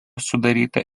sudaryta